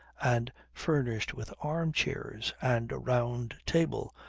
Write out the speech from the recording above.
and furnished with arm-chairs and a round table,